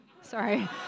Sorry